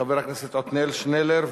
חבר הכנסת עתניאל שנלר,